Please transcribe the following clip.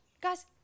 guys